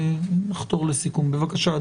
בבקשה,